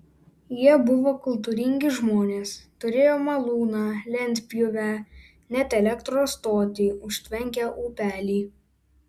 jie buvo kultūringi žmonės turėjo malūną lentpjūvę net elektros stotį užtvenkę upelį